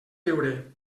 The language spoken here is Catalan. riure